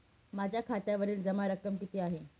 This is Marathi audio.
माझ्या खात्यावरील जमा रक्कम किती आहे?